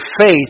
faith